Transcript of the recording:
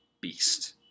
beast